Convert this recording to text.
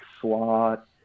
slot